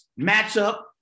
matchup